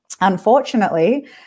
unfortunately